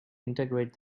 integrate